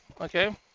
Okay